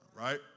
Right